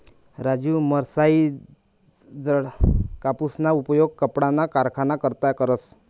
Raju mercerised कापूसना उपयोग कपडाना कारखाना करता करस